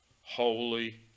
holy